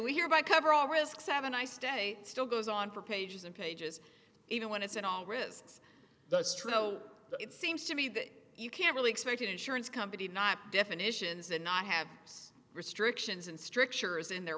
hereby cover all risks have a nice day still goes on for pages and pages even when it's at all risks that's true so it seems to me that you can't really expect an insurance company not definitions and not have restrictions and strictures in their